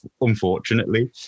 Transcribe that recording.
unfortunately